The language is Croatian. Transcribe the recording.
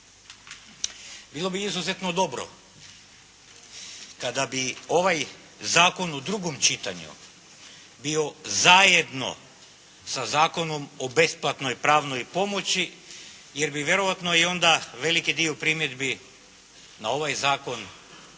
Bilo bi izuzetno dobro kada bi ovaj zakon u drugom čitanju bio zajedno sa Zakonom o besplatnoj pravnoj pomoći jer bi vjerojatno i onda veliki dio primjedbi na ovaj zakon bio